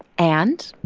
and